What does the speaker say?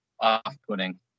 off-putting